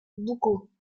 boucau